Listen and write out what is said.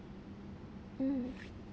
mm